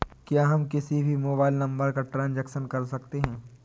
क्या हम किसी भी मोबाइल नंबर का ट्रांजेक्शन कर सकते हैं?